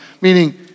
meaning